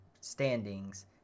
standings